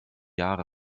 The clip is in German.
jahre